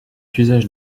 usage